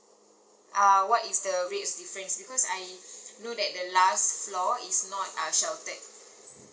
uh what is the difference because I know that the last floor is not uh sheltered